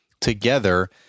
together